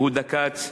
יהודה כץ,